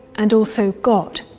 and also god?